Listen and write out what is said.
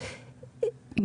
אגב,